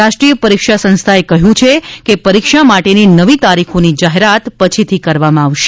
રાષ્ટ્રીય પરીક્ષા સંસ્થાએ કહ્યું છે કે પરીક્ષા માટેની નવી તારીખોની જાહેરાત પછીથી કરવામાં આવશે